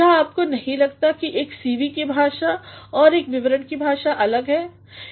क्या आपको नहीं लगता कि एक सीवी की भाषा और एक विवरण की भाषा अलग है